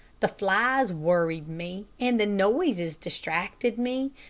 the flies worried me, and the noises distracted me,